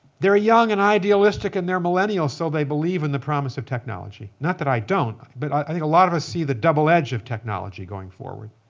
they're young and idealistic, and they're millennials so they believe in the promise of technology. not that i don't, but i think a lot of us see the double edge of technology going forward.